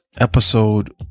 episode